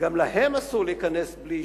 וגם להם אסור להיכנס בלי אישורים.